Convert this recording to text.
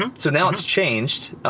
um so now it's changed.